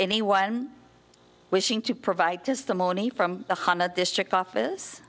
anyone wishing to provide testimony from one hundred district office